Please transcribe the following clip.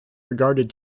regarded